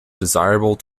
desirable